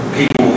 People